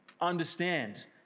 understand